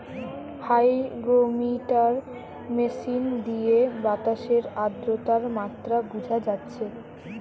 hygrometer machine দিয়ে বাতাসের আদ্রতার মাত্রা বুঝা যাচ্ছে